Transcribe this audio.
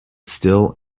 still